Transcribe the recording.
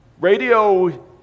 Radio